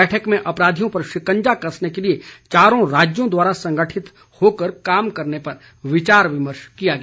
बैठक में अपराधियों पर शिकंजा कसने के लिए चारों राज्यों द्वारा संगठित होकर काम करने पर विचार विमर्श किया गया